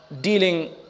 dealing